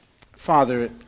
Father